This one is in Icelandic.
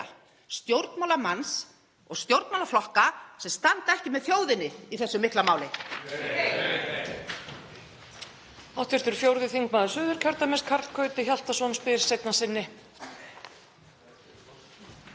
stjórnmálamanns og stjórnmálaflokka sem standa ekki með þjóðinni í þessu mikla máli.